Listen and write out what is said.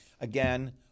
Again